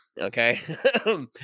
Okay